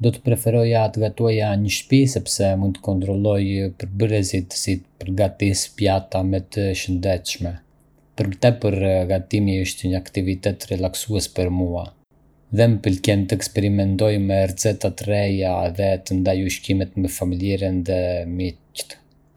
Do të preferoja të gatuaja në shtëpi sepse mund të kontrolloj përbërësit dhe të përgatis pjata më të shëndetshme. Për më tepër, gatimi është një aktivitet relaksues për mua, dhe më pëlqen të eksperimentoj me receta të reja dhe të ndaj ushqimet me familjen dhe miqtë.